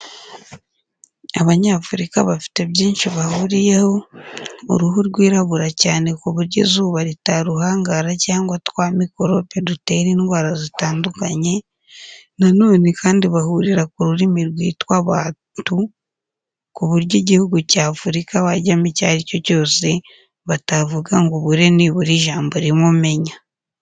Abanyafurika bafite byinshi bahuriyeho, uruhu rwirabura cyane ku buryo izuba ritaruhangara cyangwa twa mikorobe dutera indwara zitandukanye, na none kandi bahurira ku rurimi rwitwa Bantu, ku buryo igihugu cya Afurika wajyamo icyo ari cyo cyose, batavuga ngo ubure nibura ijambo rimwe umenya.